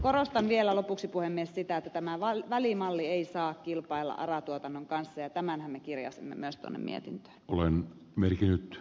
korostan vielä lopuksi puhemies sitä että tämä välimalli ei saa kilpailla ara tuotannon kanssa ja tämänhän me kirjasimme myös tämän mietintö ole merkinnyt